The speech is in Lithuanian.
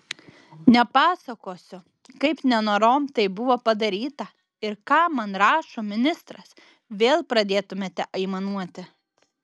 nepasakosiu kaip nenorom tai buvo padaryta ir ką man rašo ministras vėl pradėtumėte aimanuoti